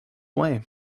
way